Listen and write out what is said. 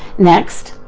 next,